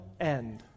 end